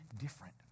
different